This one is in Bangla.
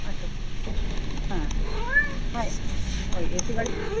আচ্ছা হ্যাঁ হ্যাঁ ওই এসি গাড়ি